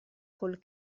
col